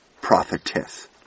prophetess